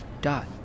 Dot